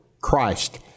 Christ